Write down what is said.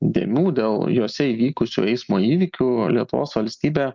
dėmių dėl jose įvykusių eismo įvykių lietuvos valstybė